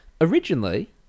Originally